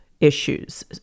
issues